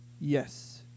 Yes